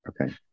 Okay